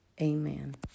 Amen